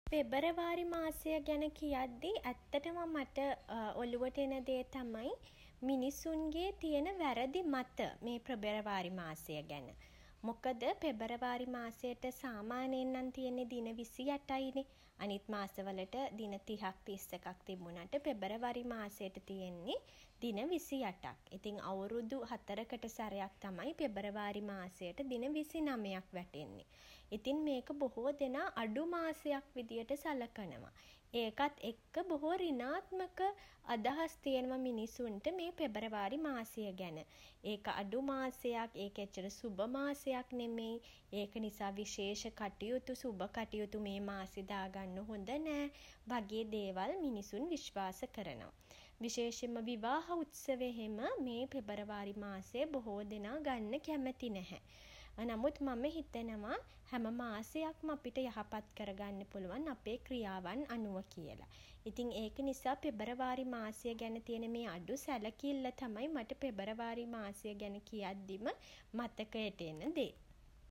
පෙබරවාරි මාසය ගැන කියද්දී ඇත්තටම මට ඔලුවට එන දේ තමයි මිනිස්සුන්ගේ තියෙන වැරදි මත මේ පෙබරවාරි මාසය ගැන. මොකද පෙබරවාරි මාසයට සාමාන්‍යයෙන් නම් තියෙන්නේ දින විසි අටයිනේ. අනිත් මාසවලට දින තිහක් තිස් එකක් තිබුනට පෙබරවාරි මාසයට තියෙන්නේ දින විසි අටක්. ඉතින් අවුරුදු හතරකට සැරයක් තමයි පෙබරවාරි මාසයට දින විසිනමයක් වැටෙන්නේ. ඉතින් මේක බොහෝ දෙනා අඩු මාසයක් විදිහට සලකනවා. ඒකත් එක්ක බොහෝ සෘණාත්මක අදහස් තියෙන මිනිස්සුන්ට මේ පෙබරවාරි මාසය ගැන. ඒක අඩු මාසයක් ඒක එච්චර සුබ මාසයක් නෙමෙයි ඒක නිසා විශේෂ කටයුතු සුබ කටයුතු මේ මාසය දාගන්න හොඳ නෑ වගේ දේවල් මිනිසුන් විශ්වාස කරනවා. විශේෂයෙන්ම විවාහ උත්සව එහෙම මේ පෙබරවාරි මාසයේ බොහෝ දෙනා ගන්න කැමැති නැහැ. නමුත් මම හිතනවා හැම මාසයක්ම අපිට යහපත් කරගන්න පුළුවන් අපේ ක්‍රියාවන් අනුව කියල. ඉතිං ඒක නිසා පෙබරවාරි මාසය ගැන තියෙන මේ අඩු සැලකිල්ල තමයි මට පෙබරවාරි මාසය ගැන කියද්දිම මතකයට එන දේ.